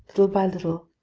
little by little,